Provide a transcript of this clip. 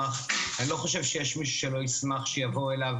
אני לא חושב שיש מישהו שלא ישמח שיבואו אליו